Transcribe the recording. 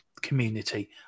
community